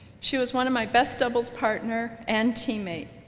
she was one of my best doubles partner and teammate.